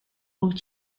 wyt